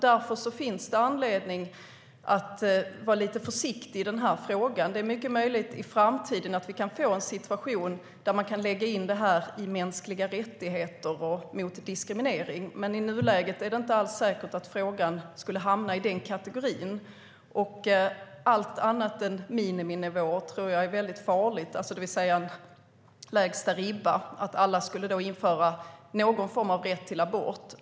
Det finns därför anledning att vara lite försiktig i den här frågan. Det är mycket möjligt att vi i framtiden kan få en situation där man kan lägga in det i mänskliga rättigheter och i bestämmelser mot diskriminering. I nuläget är det inte alls säkert att frågan skulle hamna i den kategorin. Allt annat än miniminivå tror jag är väldigt farligt. Det handlar om en lägsta ribba och att alla skulle införa någon form av rätt till abort.